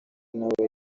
nawe